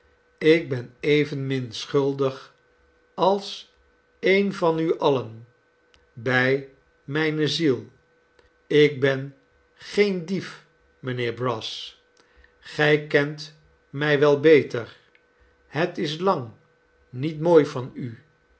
ik ben evenmin schuldig als een van u alien bij mijne ziel ik ben geen dief mijnheer brass gij kent mij wel beter het is lang niet mooi van u